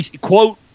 quote